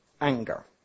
anger